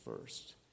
first